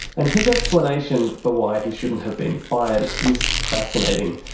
and his explanation for why he shouldn't have been fired is fascinating.